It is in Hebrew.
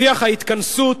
שיח ההתכנסות